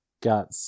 Got